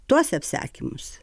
tuos apsakymus